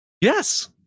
yes